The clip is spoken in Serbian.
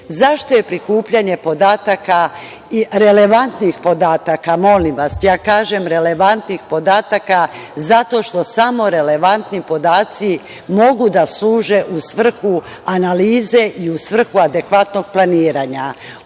je prikupljanje podatka, relevantnih podataka, molim vas, ja kažem relevantnih podatka, zato što samo relevantni podaci mogu da služe u svrhu analize i u svrhu adekvatnog planiranja.